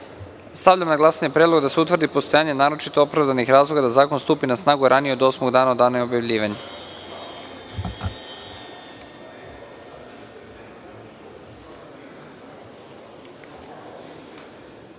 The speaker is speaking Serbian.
Srbije“.Stavljam na glasanje predlog da se utvrdi postojanje naročito opravdanih razloga da zakon stupi na snagu ranije od osmog dana od dana objavljivanja. Molim